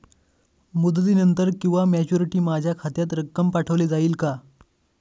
मुदतीनंतर किंवा मॅच्युरिटी माझ्या खात्यात रक्कम पाठवली जाईल का?